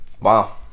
Wow